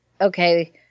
okay